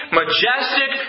majestic